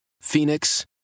Phoenix